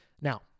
Now